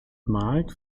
mark